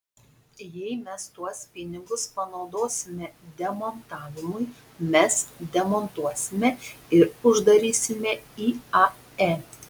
jei mes tuos pinigus panaudosime demontavimui mes demontuosime ir uždarysime iae